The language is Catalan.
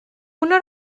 una